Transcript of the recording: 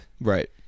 Right